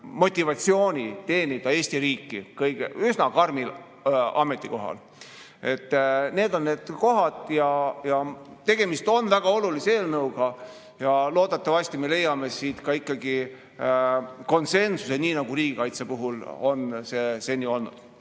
motivatsiooni teenida Eesti riiki üsna karmil ametikohal. Need on need kohad. Tegemist on väga olulise eelnõuga ja loodetavasti me leiame siin ikkagi konsensuse, nii nagu riigikaitse puhul see seni on olnud.